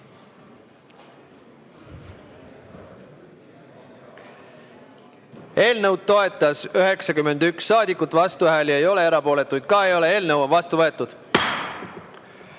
Eelnõu toetas 91 saadikut, vastuhääli ei ole, erapooletuid ka ei ole. Eelnõu on vastu võetud.